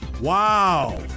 Wow